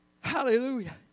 Hallelujah